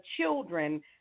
children